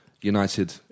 United